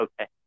Okay